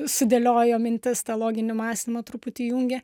sudėliojo mintis tą loginį mąstymą truputį įjungė